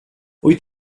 wyt